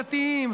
דתיים,